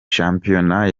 shampiyona